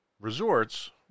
resorts